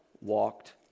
walked